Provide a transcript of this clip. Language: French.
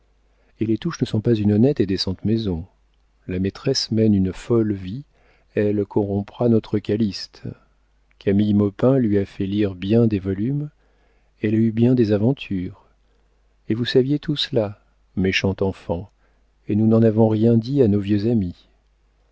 et les touches ne sont pas une honnête et décente maison la maîtresse mène une folle vie elle corrompra notre calyste camille maupin lui a fait lire bien des volumes elle a eu bien des aventures et vous saviez tout cela méchant enfant et nous n'en avons rien dit à nos vieux amis